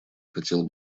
хотел